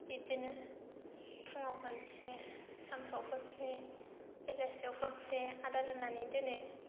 बिब्दिनो फुङाव खनसे सानसुआव खनसे बेलासियाव खनसे आदार होनानै दोनो